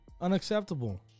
Unacceptable